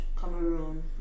Cameroon